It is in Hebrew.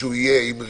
שהוא יהיה עם ריהוט.